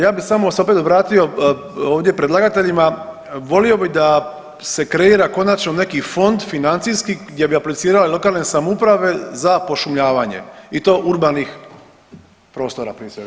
Ja bih samo se opet obratio ovdje predlagateljima, volio bih da se kreira konačno neki fond financijski, gdje bi aplicirale lokalne samouprave za pošumljavanje i to urbanih prostora prije svega.